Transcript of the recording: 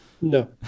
No